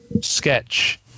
sketch